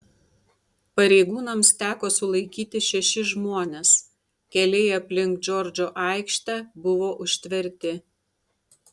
pareigūnams teko sulaikyti šešis žmones keliai aplink džordžo aikštę buvo užtverti